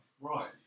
Right